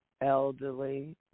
elderly